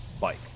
bike